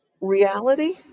Reality